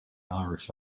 irish